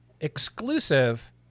exclusive